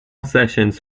sessions